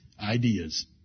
ideas